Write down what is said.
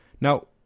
Now